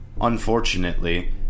Unfortunately